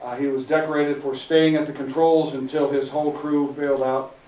he was decorated for staying at the controls until his whole crew bailed out.